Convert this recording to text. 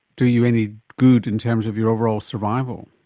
do you any good in terms of your overall survival.